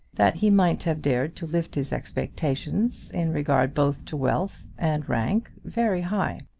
that he might have dared to lift his expectations, in regard both to wealth and rank, very high.